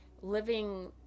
living